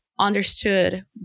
understood